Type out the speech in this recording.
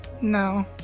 No